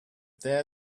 there